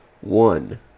One